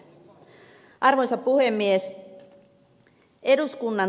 arvoisa puhemies